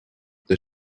the